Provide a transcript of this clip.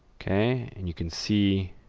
ok and you can see